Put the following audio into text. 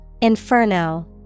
Inferno